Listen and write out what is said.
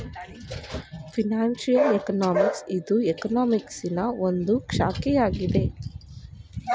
financial economics ಇದು ಎಕನಾಮಿಕ್ಸನಾ ಒಂದು ಶಾಖೆಯಾಗಿದೆ